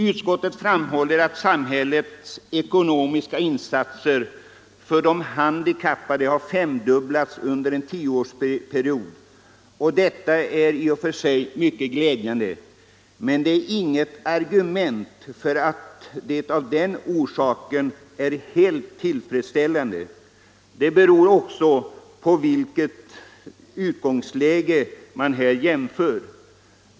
Utskottet framhåller att samhällets ekonomiska insatser för de handikappade har femdubblats under en tioårsperiod. Detta är i och för sig mycket glädjande, men det är inte något argument för att förhållandena nu skulle vara tillfredsställande. Det beror naturligtvis på vilket utgångsläge man jämför med.